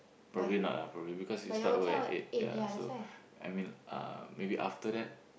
probably not lah probably because you start work at eight yea so I mean uh maybe after that